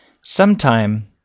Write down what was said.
Sometime